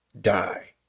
die